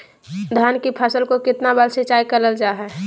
धान की फ़सल को कितना बार सिंचाई करल जा हाय?